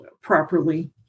properly